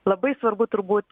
labai svarbu turbūt